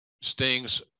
Sting's